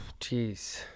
jeez